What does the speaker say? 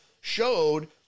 showed